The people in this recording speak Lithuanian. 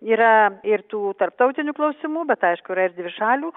yra ir tų tarptautinių klausimų bet aiškuyra ir dvišalių